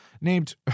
named